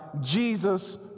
Jesus